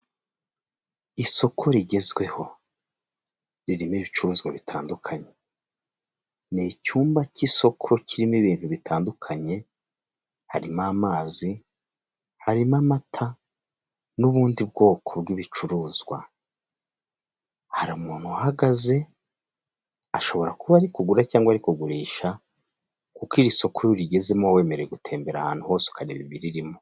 Isoko rigezweho ririmo ibicuruzwa bitandukanye. Ni icyumba cy'isoko kirimo ibintu bitandukanye harimo amazi, iharimo amata n'ubundi bwoko bw'ibicuruzwa. Hari umuntu uhagaze ashobora kuba ari kugura cyangwa ariko kugurisha kuko iri soko iyo urigezemo uba wemere gutembera ahantu hose ukareba ibirimo.